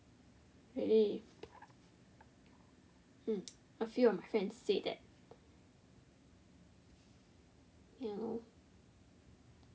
really mm a few of my friends said that ya lor